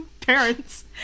parents